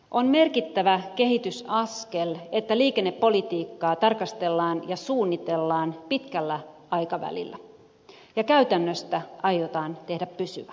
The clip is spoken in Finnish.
on merkittävä kehitysaskel että liikennepolitiikkaa tarkastellaan ja suunnitellaan pitkällä aikavälillä ja käytännöstä aiotaan tehdä pysyvä